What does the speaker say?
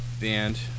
band